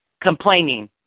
complaining